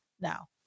now